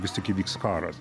vis tik įvyks karas